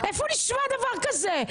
איפה נשמע דבר כזה?